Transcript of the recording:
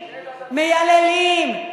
מייללים.